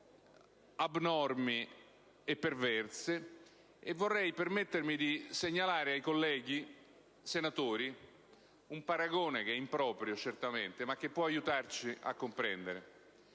abnormi e perverse; e vorrei permettermi di segnalare ai colleghi senatori un paragone improprio, certamente, ma che può aiutarci a comprendere.